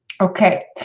Okay